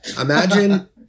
Imagine